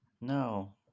No